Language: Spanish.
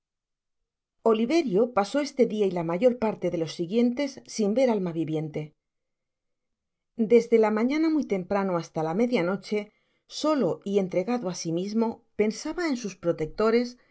oliverio pasó este dia y la mayor parte de los siguientes sin ver alma viviente desde la mañana muy temprano hasta la media noche solo y entregado asi mismo pensaba en sus protecto